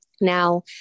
Now